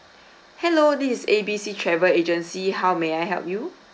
hello this is A B C travel agency how may I help you